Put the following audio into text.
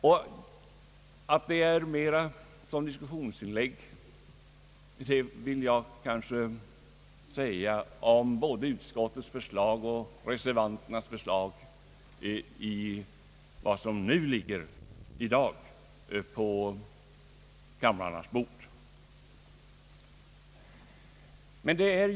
Jag vill säga att både utskottets och reservanternas förslag som i dag ligger på kamrarnas bord är diskussionsinlägg.